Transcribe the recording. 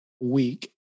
week